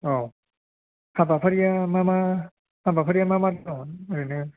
औ हाबाफारिया मा मा हाबाफारिया मा मा दङ ओरैनो